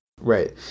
Right